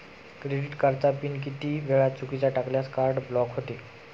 Credit कार्डचा PIN किती वेळा चुकीचा टाकल्यास कार्ड ब्लॉक होते?